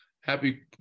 Happy